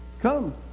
come